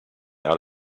out